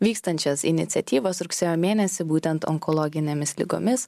vykstančias iniciatyvas rugsėjo mėnesį būtent onkologinėmis ligomis